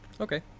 Okay